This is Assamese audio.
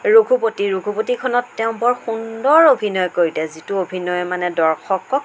ৰঘুপতি ৰঘুপতিখনত তেওঁ বৰ সুন্দৰ অভিনয় কৰিলে যিটো অভিনয়ে মানে দৰ্শকক